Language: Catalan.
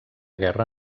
guerra